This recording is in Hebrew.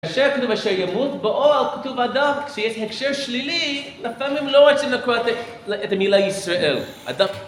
אשר כתוב אשר ימות באוהל, כתוב אדם כשיש הקשר שלילי, לפעמים לא רוצים לקרוא את המילה ישראל. אדם